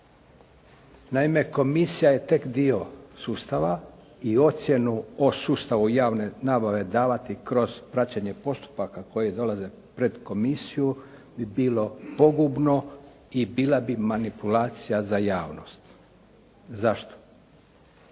Naime, komisija je tek dio sustava i ocjenu o sustavu javne nabave davati kroz praćenje postupaka koji dolaze pred komisiju bi bilo pogubno i bila bi manipulacija za javnost. Zašto?